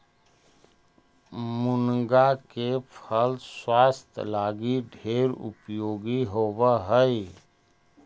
मुनगा के फल स्वास्थ्य लागी ढेर उपयोगी होब हई